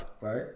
Right